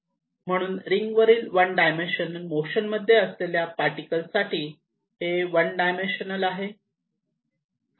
म्हणून रिंग वरील one dimensional motion मध्ये असलेल्या पार्टिकल साठी हे वन डायमेन्शनल आहे